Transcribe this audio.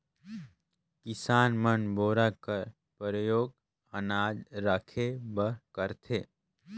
किसान मन बोरा कर परियोग अनाज राखे बर करथे